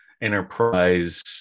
enterprise